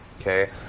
Okay